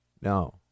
No